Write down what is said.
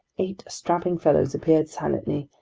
eight strapping fellows appeared silently,